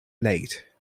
late